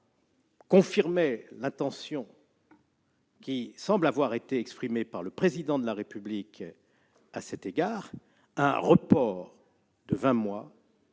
confirmait l'intention que semble avoir exprimée le Président de la République à cet égard de reporter de vingt mois